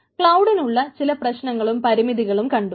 ക്ലൌഡിനുള്ള ചില പ്രശ്നങ്ങളും പരിമിതികളും കണ്ടു